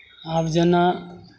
आब जेना